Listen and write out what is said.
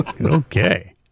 Okay